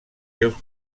seus